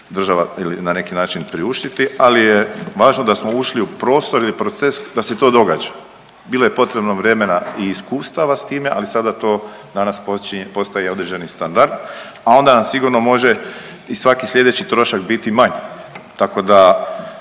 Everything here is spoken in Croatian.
država ili na neki način priuštiti. Ali je važno da smo ušli u prostor ili proces da se to događa. Bilo je potrebno vremena i iskustava s time, ali sada to danas postaje i određeni standard, a onda nam sigurno može i svaki sljedeći trošak biti manji. Tako da